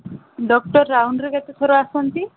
doctor ରାଉଣ୍ଡ୍ରେ କେତେଥର ଆସନ୍ତି